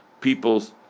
people's